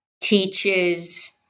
teaches